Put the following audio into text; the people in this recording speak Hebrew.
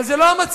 אבל זה לא המצב.